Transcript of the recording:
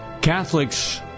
Catholics